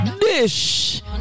dish